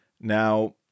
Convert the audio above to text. Now